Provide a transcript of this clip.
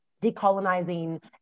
decolonizing